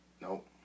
Nope